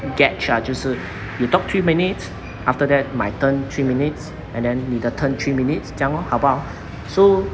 gauge ah 就是 you talk three minutes after that my turn three minutes and then 你的 turn three minutes 这样 lor 好不好 so